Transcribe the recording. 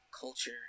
culture